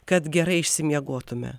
kad gerai išsimiegotume